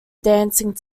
dancing